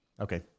Okay